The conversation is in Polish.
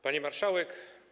Pani Marszałek!